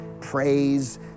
praise